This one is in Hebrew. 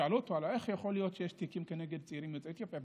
שאלו אותו: איך יכול להיות שיש בעיקר תיקים כנגד צעירים יוצאי אתיופיה?